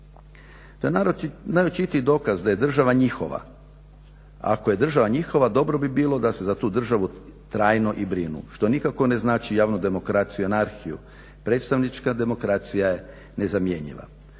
To je je najočitiji dokaze da je država njihova. Ako je država njihova dobro bi bilo da se za tu državu trajno i brinu što nikako ne znači javnu demokraciju, anarhiju. Predstavnička demokracija je nezamjenjiva.